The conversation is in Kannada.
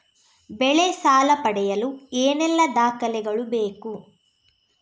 ಬೆಳೆ ಸಾಲ ಪಡೆಯಲು ಏನೆಲ್ಲಾ ದಾಖಲೆಗಳು ಬೇಕು?